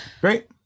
Great